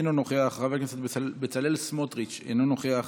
אינו נוכח, חבר הכנסת בצלאל סמוטריץ' אינו נוכח,